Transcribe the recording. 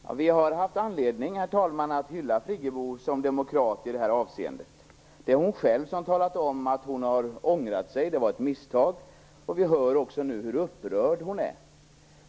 Herr talman! Vi har haft anledning att hylla Friggebo som demokrat i det här avseendet. Det är hon själv som har talat om att hon har ångrat sig - det var ett misstag - och vi hör också nu hur upprörd hon är.